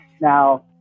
Now